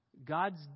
God's